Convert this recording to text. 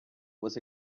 was